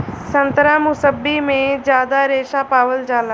संतरा मुसब्बी में जादा रेशा पावल जाला